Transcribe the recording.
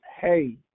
hey